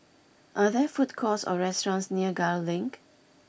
are there food courts or restaurants near Gul Link